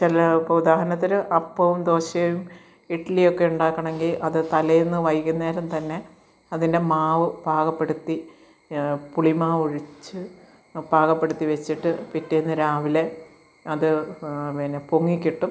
ചില ഇപ്പോൾ ഉദാഹരണത്തിന് അപ്പവും ദോശയും ഇഡ്ഡലിയൊക്കെ ഉണ്ടാക്കണമെങ്കിൽ അത് തലേന്നു വൈകുന്നേരം തന്നെ അതിൻ്റെ മാവു പാകപ്പെടുത്തി പുളി മാവൊഴിച്ച് പാകപ്പെടുത്തി വെച്ചിട്ട് പിറ്റേന്നു രാവിലെ അത് പിന്നെ പൊങ്ങി കിട്ടും